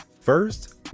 First